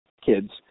kids